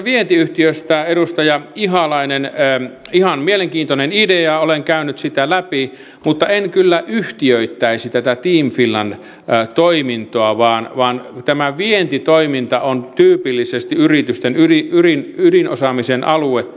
edustaja ihalainen ihan mielenkiintoinen idea olen käynyt sitä läpi mutta en kyllä yhtiöittäisi tätä team finland toimintoa vaan tämä vientitoiminta on tyypillisesti yritysten ydinosaamisen aluetta